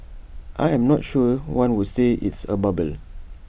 I am not sure one would say it's A bubble